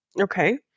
Okay